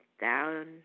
down